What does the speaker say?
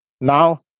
Now